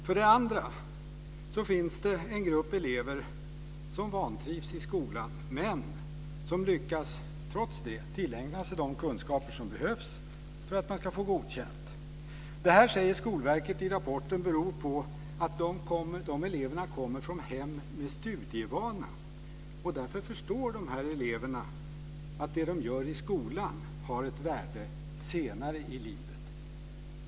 För det andra finns det en grupp elever som vantrivs i skolan men som trots det lyckas tillägna sig de kunskaper som behövs för att få godkänt. Skolverket säger i rapporten att det beror på att de eleverna kommer från hem med studievana och därför förstår att det som de gör i skolan har ett värde senare i livet.